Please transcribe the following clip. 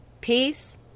peace